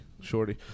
shorty